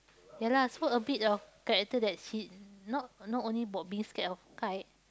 ya lah so a bit of character that she not not only about being scared of kite